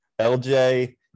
LJ